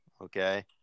Okay